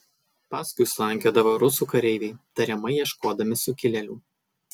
paskui slankiodavo rusų kareiviai tariamai ieškodami sukilėlių